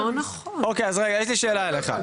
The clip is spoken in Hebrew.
לא נכון! טוב רגע אז יש לי שאלה אליך.